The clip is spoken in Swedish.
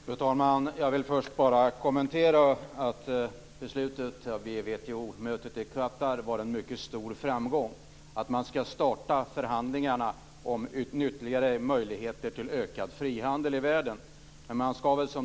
Fru talman! Jag vill först bara göra den kommentaren att beslutet vid WTO-mötet var en mycket stor framgång. Man ska starta förhandlingar om ytterligare möjligheter till ökad frihandel i världen.